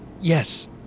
Yes